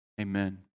amen